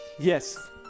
Yes